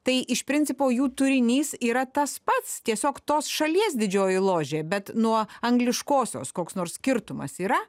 tai iš principo jų turinys yra tas pats tiesiog tos šalies didžioji ložė bet nuo angliškosios koks nors skirtumas yra